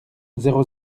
zéro